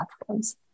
platforms